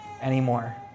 anymore